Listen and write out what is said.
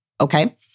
Okay